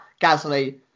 Gasly